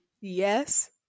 Yes